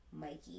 Mikey